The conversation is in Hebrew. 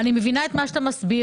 אני מבינה את מה שאתה מסביר,